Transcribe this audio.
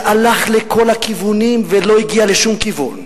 שהלך לכל הכיוונים ולא הגיע לשום כיוון,